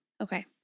Okay